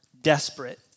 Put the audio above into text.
desperate